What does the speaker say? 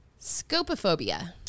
Scopophobia